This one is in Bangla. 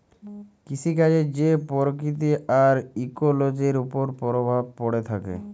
কিসিকাজের যে পরকিতি আর ইকোলোজির উপর পরভাব প্যড়ে থ্যাকে